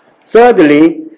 Thirdly